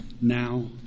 now